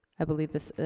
i believe this,